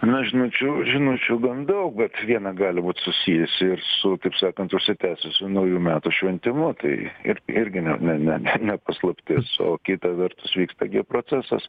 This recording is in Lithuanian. na žinučių žinučių gan daug bet viena gali būt susijusi ir su taip sakant užsitęsusiu naujų metų šventimu tai ir irgi ne ne ne paslaptis o kita vertus vyksta procesas